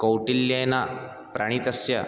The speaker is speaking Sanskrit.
कौटिल्येन प्रणितस्य